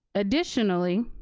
additionally,